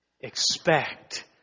expect